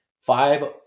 five